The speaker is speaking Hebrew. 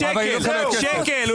שקל,